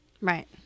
Right